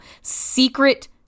Secret